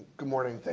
good morning.